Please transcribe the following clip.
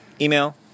email